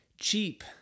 cheap